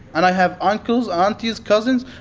and i have uncles, aunties, cousins.